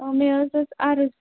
مےٚ حظ ٲس عرٕض